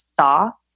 soft